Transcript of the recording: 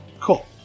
Cool